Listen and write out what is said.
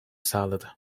sağladı